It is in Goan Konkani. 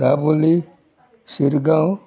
दाबोली शिरगांव